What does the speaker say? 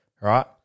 right